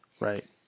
Right